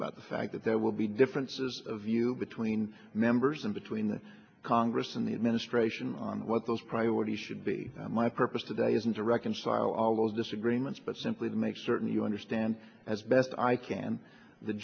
about the fact that there will be differences of view between members and between the congress and the administration on what those priorities should be my purpose today isn't to reconcile all those disagreements but simply to make certain you understand as best i can the